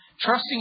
Trusting